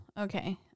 okay